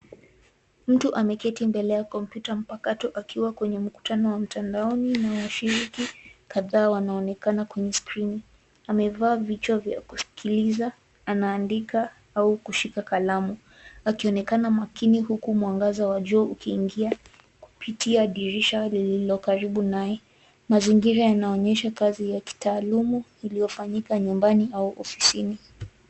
Mtu ameketi mbele ya kopyuta mpakato akiwa kwenye mkutano wa mtandaoni na washiriki kadhaa wanaonekana kwenye skrini. Amevaa vichwa vya kusikiliza, anaandika au kushika kalamu, akionekana makini huku mwangaza wa jua ukiingia kupitia dirisha lililo karibu naye. Mazingira yanaonyesha kazi ya kitaalamu iliyofanyika nyumbani au ofisini.